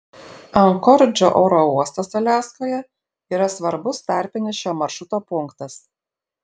ankoridžo oro uostas aliaskoje yra svarbus tarpinis šio maršruto punktas